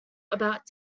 about